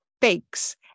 fakes